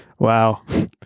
Wow